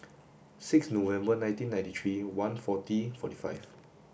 six November nineteen ninety three one forty forty five